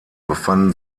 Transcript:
befanden